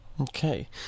Okay